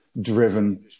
driven